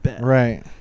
Right